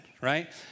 right